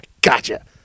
gotcha